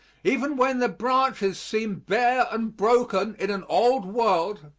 even when the branches seem bare and broken, in an old world,